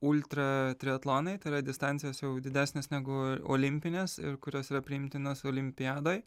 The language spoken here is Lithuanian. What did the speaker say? ultratriatlonai tai yra distancijos jau didesnės negu olimpinės ir kurios yra priimtinos olimpiadoj